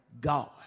God